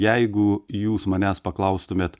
jeigu jūs manęs paklaustumėt